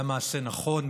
הייתה מעשה נכון,